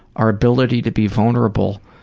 our ability to be vulnerable